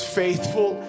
faithful